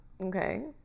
Okay